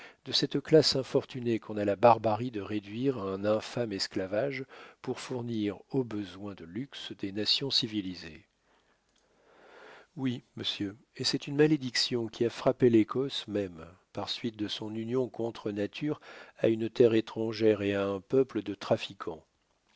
de cette classe infortunée qu'on a la barbarie de réduire à un infâme esclavage pour fournir aux besoins de luxe des nations civilisées oui monsieur et c'est une malédiction qui a frappé l'écosse même par suite de son union contre nature à une terre étrangère et à un peuple de trafiquants